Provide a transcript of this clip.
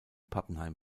pappenheim